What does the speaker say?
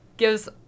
gives